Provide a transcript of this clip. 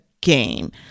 game